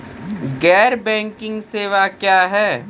गैर बैंकिंग सेवा क्या हैं?